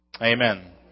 Amen